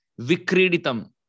Vikriditam